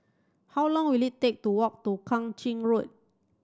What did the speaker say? how long will it take to walk to Kang Ching Road